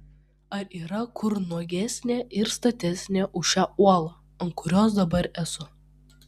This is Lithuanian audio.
ar yra kur nuogesnė ir statesnė už šią uolą ant kurios dabar esu